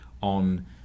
on